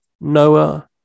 Noah